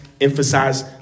emphasize